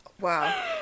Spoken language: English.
Wow